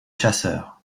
chasseurs